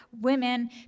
women